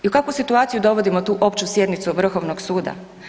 I u kakvu situaciju dovodimo tu opću sjednicu Vrhovnog suda?